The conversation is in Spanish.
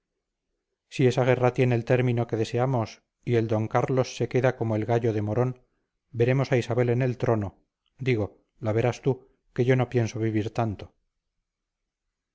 si esa guerra tiene el término que deseamos y el d carlos se queda como el gallo de morón veremos a isabel en el trono digo la verás tú que yo no pienso vivir tanto